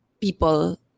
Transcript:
people